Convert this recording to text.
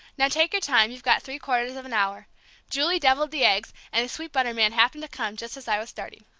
now take your time, you've got three-quarters of an hour julie devilled the eggs, and the sweet-butter man happened to come just as i was starting.